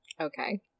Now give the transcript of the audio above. Okay